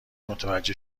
متوجه